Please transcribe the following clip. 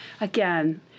again